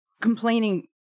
complaining